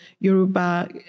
Yoruba